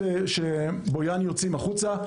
בזמן שבויאן יוצאים החוצה.